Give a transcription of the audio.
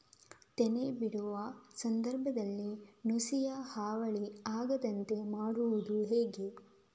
ತೆನೆ ಬಿಡುವ ಸಂದರ್ಭದಲ್ಲಿ ನುಸಿಯ ಹಾವಳಿ ಆಗದಂತೆ ಮಾಡುವುದು ಹೇಗೆ?